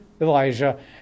Elijah